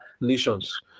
nations